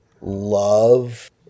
love